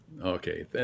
Okay